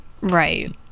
right